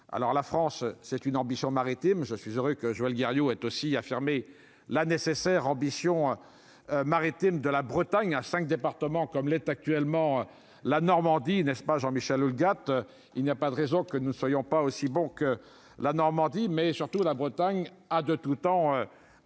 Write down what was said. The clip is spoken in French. la France, c'est une ambition maritime, je suis heureux que Joël Guerriau est aussi à fermer la nécessaire ambition maritime de la Bretagne à 5 départements comme l'est actuellement la Normandie n'est-ce pas Jean Michel Houlgate il n'a pas de raison que nous soyons pas aussi bon que la Normandie mais surtout la Bretagne a de tout temps